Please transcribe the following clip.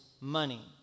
money